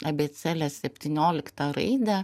abėcėlės septynioliktą raidę